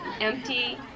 empty